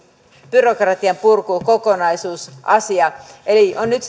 byrokratian purkukokonaisuusasia eli on nyt